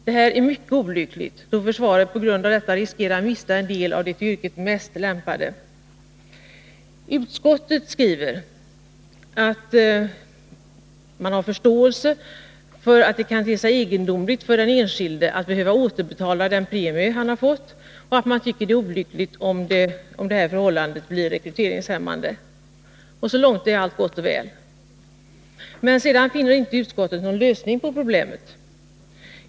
Detta är mycket olyckligt, då försvaret på grund av detta riskerar mista en del av de till yrket mest lämpade. Utskottet skriver att det har förståelse för att det kan te sig egendomligt för den enskilde att behöva återbetala den premie han har fått och framhåller att det är olyckligt om detta förhållande blir rekryteringshämmande. Så långt är allt gott och väl. Men utskottet finner inte någon lösning på problemet.